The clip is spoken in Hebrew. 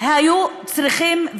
היו צריכים,